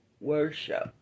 worship